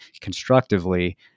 constructively